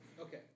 Okay